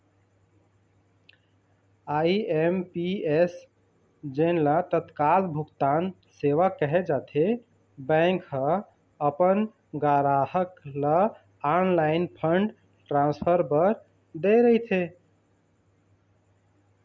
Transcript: IMPS जेन ल तत्काल भुगतान सेवा कहे जाथे, बैंक ह अपन गराहक ल ऑनलाईन फंड ट्रांसफर बर दे रहिथे